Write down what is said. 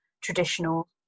traditional